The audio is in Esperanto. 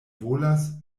volas